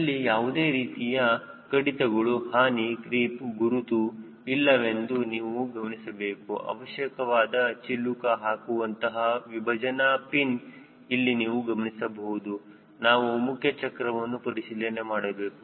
ಅಲ್ಲಿ ಯಾವುದೇ ರೀತಿಯ ಕಡಿತಗಳುಹಾನಿ ಕ್ರೀಪ್ ಗುರುತು ಇಲ್ಲವೆಂದು ನೀವು ಗಮನಿಸಬೇಕು ಅವಶ್ಯಕವಾದ ಚಿಲುಕ ಹಾಕುವಂತಹ ವಿಭಜನಾ ಪಿನ್ ಇಲ್ಲಿ ನೀವು ಗಮನಿಸಬೇಕು ನಾವು ಮುಖ್ಯ ಚಕ್ರವನ್ನು ಪರಿಶೀಲನೆ ಮಾಡಬೇಕು